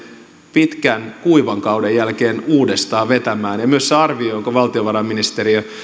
pitkän kuivan kauden jälkeen uudestaan vetämään ja myös se arvio jonka valtiovarainministeriö